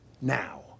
now